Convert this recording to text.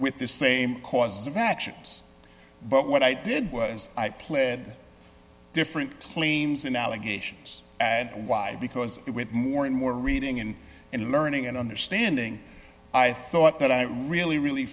with this same cause of actions but what i did was i pled different claims in allegations and why because you went more and more reading and in learning and understanding i thought that i really really